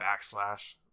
backslash